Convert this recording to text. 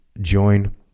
join